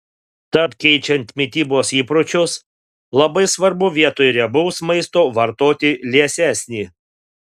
tad keičiant mitybos įpročius labai svarbu vietoj riebaus maisto vartoti liesesnį